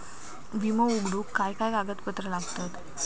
विमो उघडूक काय काय कागदपत्र लागतत?